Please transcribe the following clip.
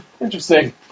Interesting